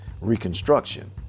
Reconstruction